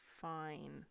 fine